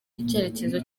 icyerekezo